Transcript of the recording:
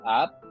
up